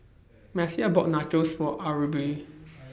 Messiah bought Nachos For Arbie